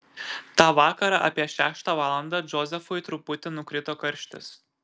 tą vakarą apie šeštą valandą džozefui truputį nukrito karštis